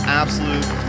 absolute